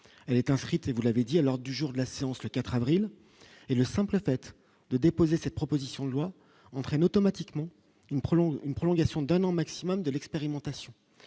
elle est inscrite et vous l'avez dit alors du jour de la séance, le 4 avril et le simple fait de déposer cette proposition de loi entraîne automatiquement une prolonge une prolongation d'un an maximum de l'expérimentation,